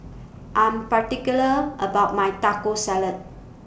I'm particular about My Taco Salad